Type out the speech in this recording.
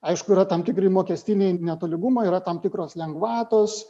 aišku yra tam tikri mokestiniai netolygumai yra tam tikros lengvatos